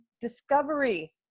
discovery